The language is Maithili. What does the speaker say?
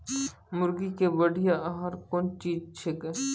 मुर्गी के बढ़िया आहार कौन चीज छै के?